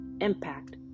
impact